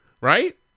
right